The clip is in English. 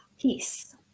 peace